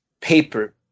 paper